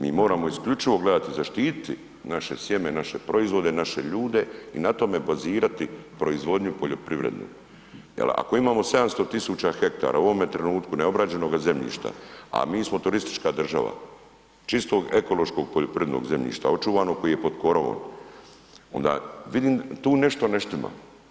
Mi moramo isključivo gledati i zaštititi naše sjeme, naše proizvode, naše ljude i na tome bazirati proizvodnju poljoprivrednu jel ako imamo 700 000 hektara u ovome trenutku neobrađenoga zemljišta, a mi smo turistička država, čistog ekološkog poljoprivrednog zemljišta očuvanog koji je pod korovom onda vidim tu nešto ne štima.